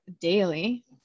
daily